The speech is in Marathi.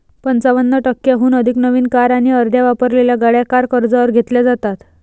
पंचावन्न टक्क्यांहून अधिक नवीन कार आणि अर्ध्या वापरलेल्या गाड्या कार कर्जावर घेतल्या जातात